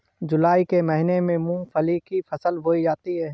जूलाई के महीने में मूंगफली की फसल बोई जाती है